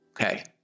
okay